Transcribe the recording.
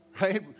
right